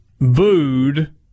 booed